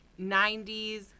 90s